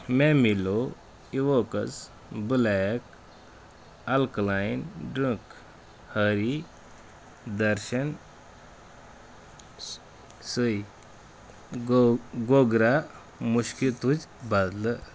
مےٚ میلو Evocus black alkaline drink ہَری درشن سُے گوٚو گوٚگرٛا مُشکہِ تُج بدلہٕ